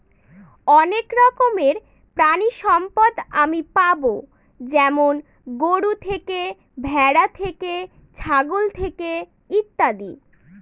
অনেক রকমের প্রানীসম্পদ আমি পাবো যেমন গরু থেকে, ভ্যাড়া থেকে, ছাগল থেকে ইত্যাদি